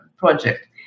Project